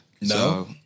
no